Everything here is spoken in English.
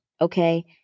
Okay